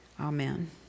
amen